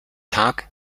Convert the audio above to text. tag